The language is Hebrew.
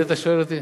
אתה שואל אותי?